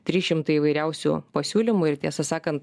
trys šimtai įvairiausių pasiūlymų ir tiesą sakant